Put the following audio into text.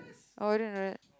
oh I didn't know that